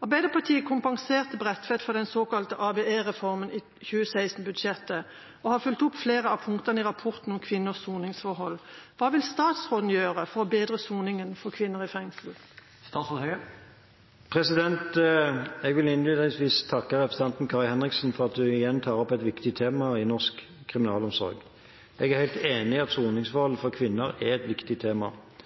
Arbeiderpartiet kompenserte Bredtveit for den såkalte ABE-reformen i 2016-budsjettet, og har fulgt opp flere av punktene i rapporten om kvinners soningsforhold. Hva vil statsråden gjøre for å bedre soningen for kvinner i fengsel?» Jeg vil innledningsvis takke representanten Kari Henriksen for at hun igjen tar opp et viktig tema i norsk kriminalomsorg. Jeg er helt enig i at soningsforholdene for kvinner er et viktig tema.